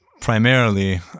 Primarily